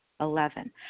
Eleven